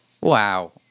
Wow